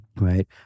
Right